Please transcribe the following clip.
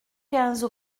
quinze